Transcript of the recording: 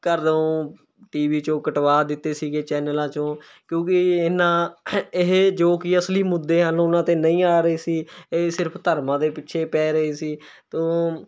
ਘਰੋਂ T V 'ਚੋਂ ਕਟਵਾ ਦਿੱਤੇ ਸੀਗੇ ਚੈਨਲਾਂ 'ਚੋਂ ਕਿਉਂਕਿ ਇਹਨਾਂ ਇਹ ਜੋ ਕਿ ਅਸਲੀ ਮੁੱਦੇ ਹਨ ਉਹਨਾਂ 'ਤੇ ਨਹੀਂ ਆ ਰਹੇ ਸੀ ਇਹ ਸਿਰਫ ਧਰਮਾਂ ਦੇ ਪਿੱਛੇ ਪੈ ਰਹੇ ਸੀ ਤੋਂ